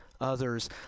Others